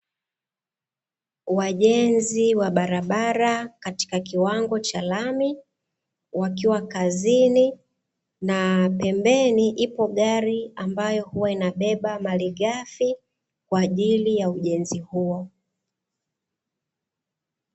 Wajenzi wa barabara katika kiwango cha lami wakiwa kazini, na pembeni ipo gari ambayo huwa inabeba malighafi kwa ajili ya ujenzi huo.